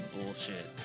bullshit